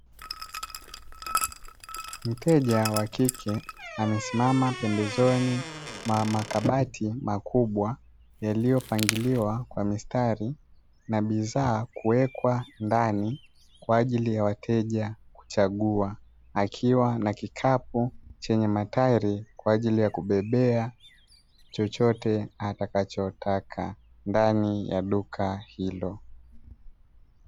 Mteja wa kike amesimama pembazoni mwa makabati makubwa yaliyopangiliwa kwa mistari na bidhaa kuwekwa ndani kwa ajili ya wateja kuchagua, akiwa na kikapu chenye matairi kwa ajili ya kubebea chochote atakachotaka ndani ya duka hilo.